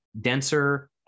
denser